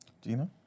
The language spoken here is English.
Gina